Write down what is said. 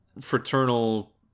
fraternal